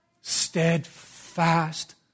steadfast